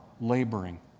laboring